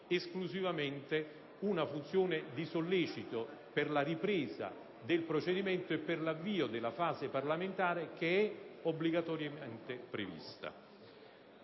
esclusivamente una funzione di sollecito per la ripresa del procedimento e per l'avvio della fase parlamentare obbligatoriamente prevista.